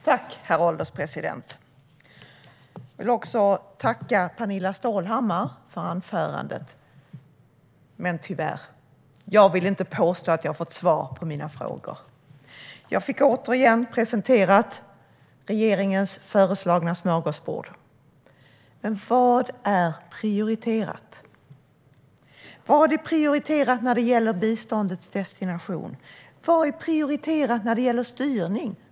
Herr ålderspresident! Jag vill tacka Pernilla Stålhammar för hennes anförande. Men jag vill tyvärr inte påstå att jag har fått svar på mina frågor. Jag fick återigen presenterat för mig regeringens föreslagna smörgåsbord. Men vad är prioriterat? Vad är prioriterat när det gäller biståndets destination? Vad är prioriterat när det gäller styrning?